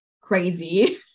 crazy